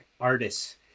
artists